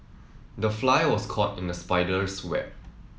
the fly was caught in the spider's web